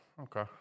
Okay